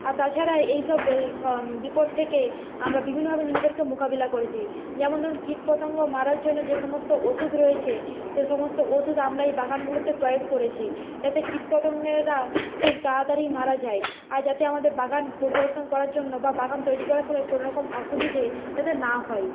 আর তাছাড়া এই সব এই সব বিপদ থেকে আমরা বিভিন্নভাবে নিজেদেরকে মোকাবেলা করেছি যেমন ধরুন কীট পতঙ্গ মারার জন্য যে সমস্ত ওষুদ রয়েছে সে সমস্ত ওষুদ আমরা এই বাগানগুলোতে প্রয়োগ করেছি যাতে কীট পতঙ্গেরা খুব তাতাড়ি মারা যায় আর যাতে আমাদের বাগান পরিদর্শন করার জন্য বা বাগান তৈরি করার সময় কোনো রকম অসুবিধে যাতে না হয়